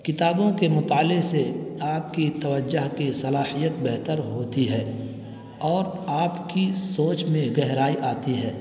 کتابوں کے مطالعے سے آپ کی توجہ کی صلاحیت بہتر ہوتی ہے اور آپ کی سوچ میں گہرائی آتی ہے